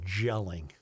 gelling